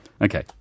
Okay